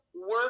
work